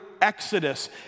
Exodus